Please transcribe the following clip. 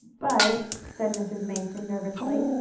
but, said mrs. mason nervously,